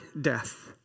death